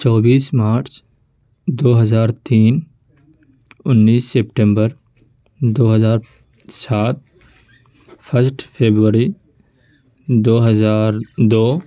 چوبیس مارچ دو ہزار تین انیس سپٹمبر دو ہزار سات فسٹ فیبوری دو ہزار دو